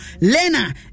Lena